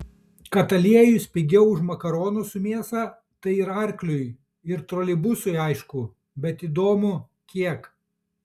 kad aliejus pigiau už makaronus su mėsa tai ir arkliui ir troleibusui aišku bet įdomu kiek